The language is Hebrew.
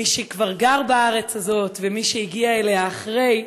מי שכבר גר בארץ הזאת ומי שהגיע אליה אחרי,